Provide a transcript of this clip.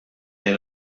lejn